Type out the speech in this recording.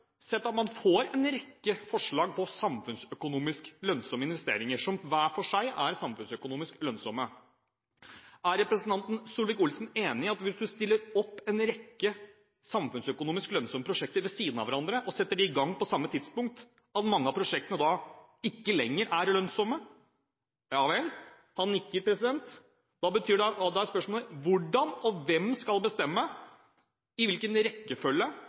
rekke forslag til investeringer som hver for seg er samfunnsøkonomisk lønnsomme, er representanten Solvik-Olsen enig i at hvis man stiller opp en rekke samfunnsøkonomisk lønnsomme prosjekter ved siden av hverandre, og setter dem i gang på samme tidspunkt, at mange av prosjektene da ikke lenger er lønnsomme? – Ja vel, han nikker. Da er spørsmålet: Hvem skal bestemme rekkefølgen, og hvordan